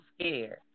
scared